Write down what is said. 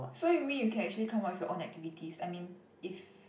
so you mean you can actually come up with your own activities I mean if